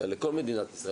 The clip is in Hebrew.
אלא לכל מדינת ישראל,